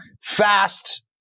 fast